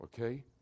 Okay